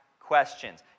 questions